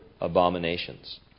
abominations